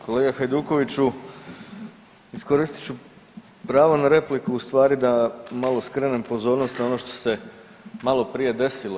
Kolega Hajdukoviću iskoristit ću pravo na repliku ustvari da malo skrenem pozornost na ono što se malo prije desilo.